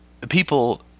People